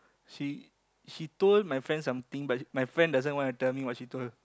she she told my friend something but my friend doesn't want to tell me what she told